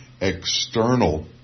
external